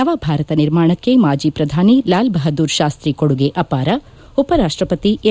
ನವ ಭಾರತ ನಿರ್ಮಾಣಕ್ಕೆ ಮಾಜಿ ಪ್ರಧಾನಿ ಲಾಲ್ಬಹದ್ದೂರ್ ಶಾಸ್ತ್ರಿ ಕೊಡುಗೆ ಅಪಾರ ಉಪರಾಷ್ಟ್ರಪತಿ ಎಂ